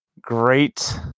Great